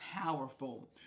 powerful